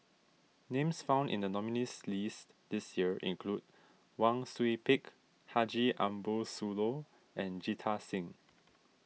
names found in the nominees' list this year include Wang Sui Pick Haji Ambo Sooloh and Jita Singh